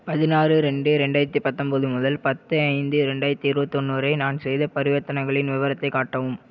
பதினாறு ரெண்டு ரெண்டாயிரத்து பத்தொன்பது முதல் பத்து ஐந்து ரெண்டாயிரத்து இருபத்ஒன்னு வரை நான் செய்த பரிவர்த்தனைகளின் விவரத்தை காட்டவும்